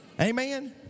Amen